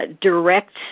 direct